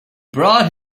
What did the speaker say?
brought